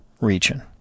region